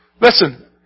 Listen